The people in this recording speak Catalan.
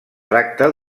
tracta